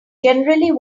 generally